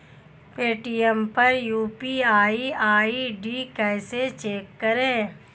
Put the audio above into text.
Paytm पर UPI ID कैसे check करें?